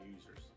users